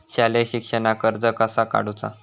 शालेय शिक्षणाक कर्ज कसा काढूचा?